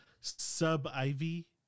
sub-Ivy